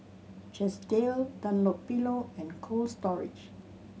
Chesdale Dunlopillo and Cold Storage